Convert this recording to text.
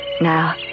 Now